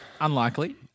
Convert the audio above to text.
Unlikely